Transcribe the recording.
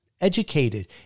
educated